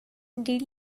did